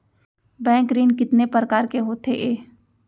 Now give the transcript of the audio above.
Bank ऋण कितने परकार के होथे ए?